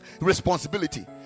responsibility